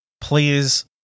please